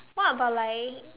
what about like